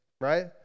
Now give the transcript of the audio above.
right